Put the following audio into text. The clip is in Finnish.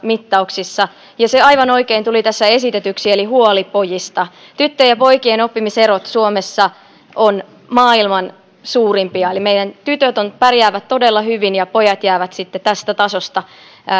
mittauksissa ja se aivan oikein tuli tässä esitetyksi eli huoli pojista tyttöjen ja poikien oppimiserot suomessa ovat maailman suurimpia eli meidän tytöt pärjäävät todella hyvin ja pojat jäävät sitten tästä tasosta